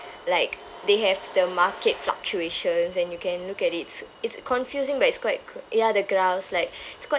like they have the market fluctuations and you can look at it's it's confusing but it's quite coo~ ya the graphs like it's quite